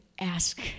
ask